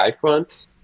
front